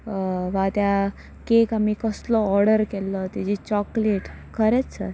वा त्या केक आमी कसलो ऑडर केल्लो तेजी चॉकलेट खरेंच सर